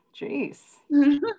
Jeez